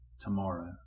tomorrow